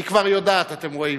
היא כבר יודעת, אתם רואים.